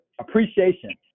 appreciation